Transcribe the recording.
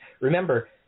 Remember